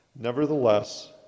Nevertheless